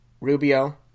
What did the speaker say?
Rubio